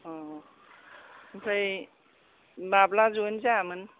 ओमफ्राय माब्ला जइन जायामोन